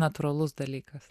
natūralus dalykas